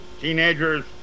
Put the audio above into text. Teenagers